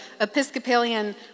Episcopalian